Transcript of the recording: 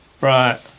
right